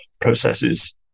processes